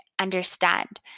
understand